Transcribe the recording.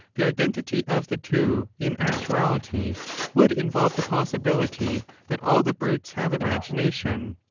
the identity of the two in actuality would involve the possibility that all the brutes have imagination.